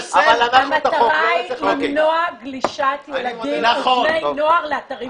המטרה היא למנוע גלישת ילדים ובני נוער לאתרים פורנוגרפיים.